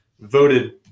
voted